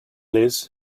liz